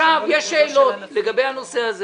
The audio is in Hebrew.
עכשיו יש שאלות לגבי הנושא הזה.